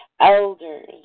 elders